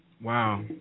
Wow